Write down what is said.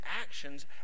actions